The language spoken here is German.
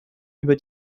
über